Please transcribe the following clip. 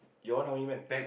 your one how many man